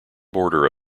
border